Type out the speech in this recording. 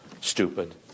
stupid